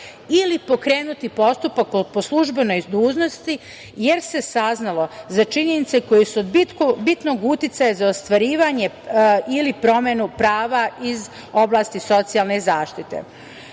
ili pokrenuti postupak po službenoj dužnosti jer se saznalo za činjenice koje su od bitnog uticaja za ostvarivanje ili promenu prava iz oblasti socijalne zaštite. Postoji